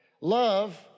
Love